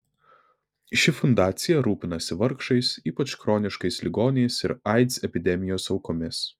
ši fundacija rūpinasi vargšais ypač chroniškais ligoniais ir aids epidemijos aukomis